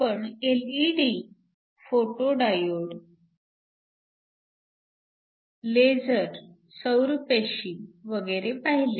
आपण LED photo diode laser सौरपेशी वगैरे पाहिले